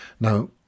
Now